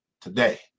today